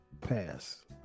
Pass